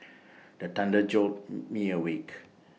the thunder jolt me awake